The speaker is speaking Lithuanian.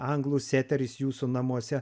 anglų seteris jūsų namuose